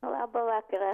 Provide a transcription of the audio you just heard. labą vakarą